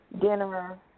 Dinner